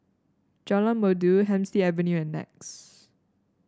Jalan Merdu Hemsley Avenue and Nex